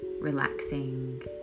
relaxing